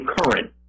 current